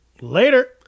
Later